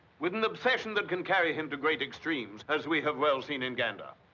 with an obsession that can carry him to great extremes, as we have well seen in gander.